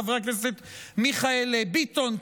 חבר הכנסת מיכאל ביטון,